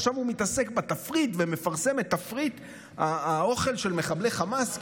עכשיו הוא מתעסק בתפריט ומפרסם את תפריט האוכל של מחבלי חמאס,